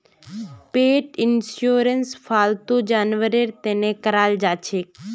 पेट insurance फालतू जानवरेर तने कराल जाछेक